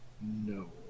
No